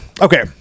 okay